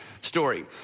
story